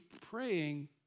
praying